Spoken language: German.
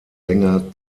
länger